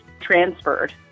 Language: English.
transferred